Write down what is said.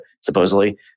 supposedly